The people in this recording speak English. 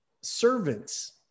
servants